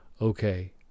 Okay